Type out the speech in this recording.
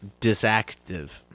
disactive